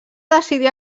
decidir